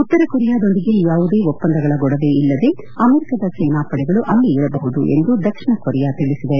ಉತ್ತರ ಕೊರಿಯಾದೊಂದಿಗೆ ಯಾವುದೇ ಒಪ್ಪಂದಗಳ ಗೊಡವೆ ಇಲ್ಲದೇ ಅಮೆರಿಕಾದ ಸೇನಾಪಡೆಗಳು ಅಲ್ಲಿ ಇರಬಹುದು ಎಂದು ದಕ್ಷಿಣ ಕೊರಿಯಾ ತಿಳಿಸಿದೆ